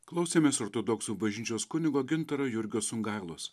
klausėmės ortodoksų bažnyčios kunigo gintaro jurgio sungailos